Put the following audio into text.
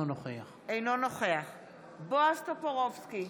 אינו נוכח בועז טופורובסקי,